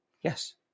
Yes